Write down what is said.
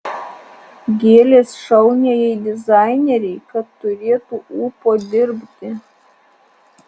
gėlės šauniajai dizainerei kad turėtų ūpo dirbti